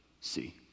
See